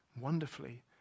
wonderfully